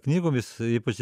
knygomis ypač